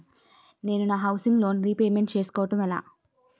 నేను నా housing loan repayment చేసుకోవటం ఎలా?